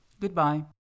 Goodbye